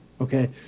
Okay